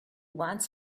wants